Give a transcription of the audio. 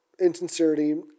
insincerity